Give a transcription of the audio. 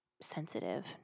sensitive